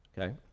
okay